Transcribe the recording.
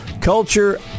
culture